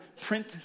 print